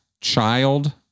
child